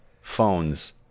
phones